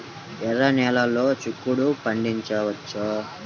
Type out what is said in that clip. ఎర్ర నెలలో చిక్కుల్లో పండించవచ్చా?